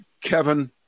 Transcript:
Kevin